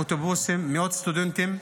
אוטובוסים, מאות סטודנטים,